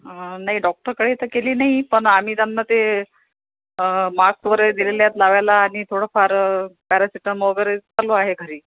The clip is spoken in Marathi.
नाही डॉक्टरकडे तर केली नाही पण आम्ही त्यांना ते मास्क वगैरे दिलेले आहेत लावायला आणि थोडंफार पॅरासिटॅम वगैरे चालू आहे घरी